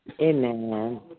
Amen